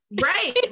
Right